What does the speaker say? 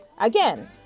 again